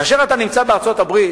כאשר אתה נמצא בארצות-הברית,